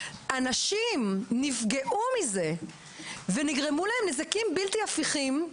אנשים נפגעו מזה ונגרמו להם נזקים בלתי הפיכים,